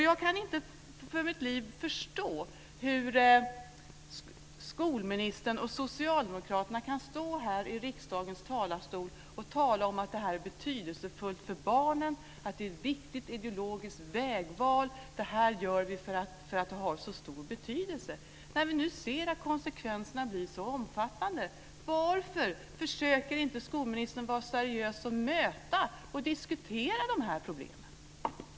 Jag kan inte för mitt liv förstå hur skolministern och socialdemokraterna kan stå här i riksdagens talarstol och tala om att det här är betydelsefullt för barnen, att det är ett viktigt ideologiskt vägval och att man gör detta därför att det har så stor betydelse, när vi nu ser att konsekvenserna blir så omfattande. Varför försöker inte skolministern vara seriös och möta och diskutera de här problemen?